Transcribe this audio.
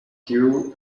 you